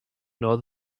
nor